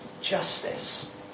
justice